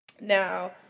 Now